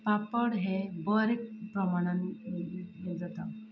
पापड हे बरे प्रमाणान हें जाता